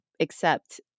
accept